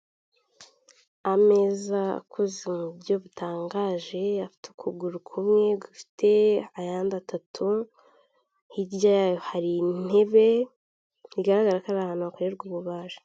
Ameza akozeze mu buryo butangaje, afite ukuguru kumwe gufite ayandi atatu. Hirya yayo hari intebe igaragara ko ari ahantu hakorerwa ububaji.